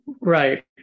Right